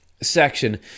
section